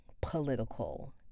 political